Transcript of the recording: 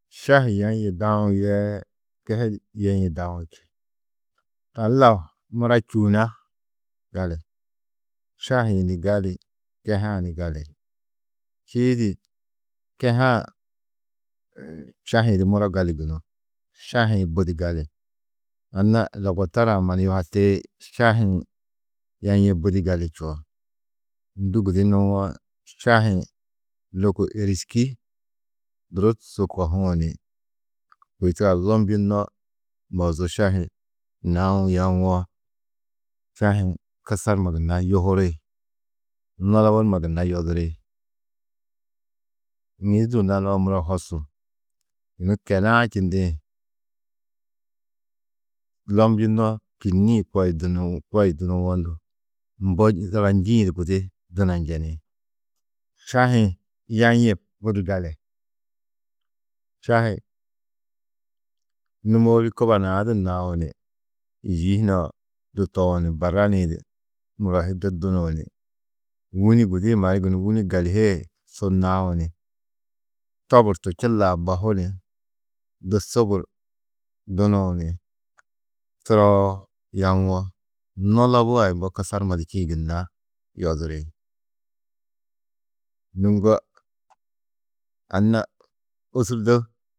Šahî yaiê daũ yee kehe yaiê daũ či. Tani lau mura čûuna gali, šahi-ĩ ni gali kehe-ã ni gali, čîidi kehe-ã šahi-ĩ di muro gali gunú, šahi-ĩ budi gali. Anna logotora-ã mannu yuhati šahi-ĩ yaiê budi gali čuo, ndû gudi nuwo šahi-ĩ lôko êriski durusu kohuũ ni kôi turoa lobnjunno mozu šahi naũ yawo, šahi-ĩ kusar numa gunna yuhuri, nulobu numa gunna yoduri. Ŋîzuũ lanuwo muro hosu, yunu kele-ã čindĩ lobnjunno kînniĩ ko di dunuũ-dunuwo mbo zaga njîĩ di gudi duna njeni. Šahi-ĩ yaiê budi gali, šahi nûmoori kuba nua du naũ ni yî hunã du toũ ni barrini-ĩ di muro hi du dunuũ ni wûni gudi hi mannu gunú, wûni galîhee su naũ ni toburtu, čilau bahu ni du sugur dunuũ ni turo yawo nulobu a mbo kusar numa du čîĩ gunna yoduri. Nû ŋgo anna ôsurdo.